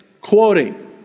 Quoting